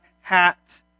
hat